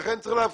לכן צריך להבחין